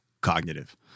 cognitive